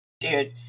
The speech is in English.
Dude